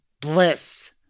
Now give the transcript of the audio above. bliss